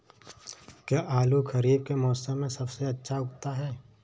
क्या आलू खरीफ के मौसम में सबसे अच्छा उगता है?